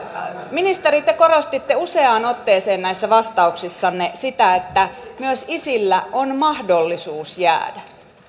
ministeri te korostitte useaan otteeseen näissä vastauksissanne sitä että myös isillä on mahdollisuus jäädä